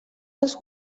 dels